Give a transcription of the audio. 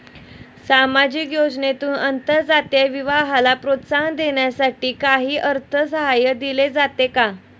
सामाजिक योजनेतून आंतरजातीय विवाहाला प्रोत्साहन देण्यासाठी काही अर्थसहाय्य दिले जाते का?